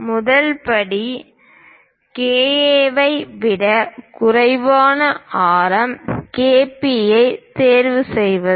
முதல் படி KA ஐ விட குறைவான ஆரம் KP ஐ தேர்வு செய்வது